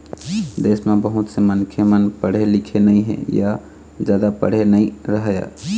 देश म बहुत से मनखे मन पढ़े लिखे नइ हे य जादा पढ़े नइ रहँय